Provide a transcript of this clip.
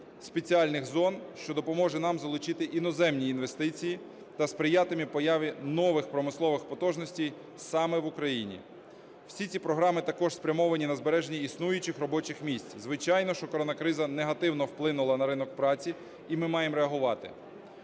спеціальних зон, що допоможе нам залучити іноземні інвестиції та сприятиме появі нових промислових потужностей саме в Україні. Всі ці програми також спрямовані на збереження існуючих робочих місць. Звичайно, що корона-криза негативно вплинула на ринок праці і ми маємо реагувати.